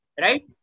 right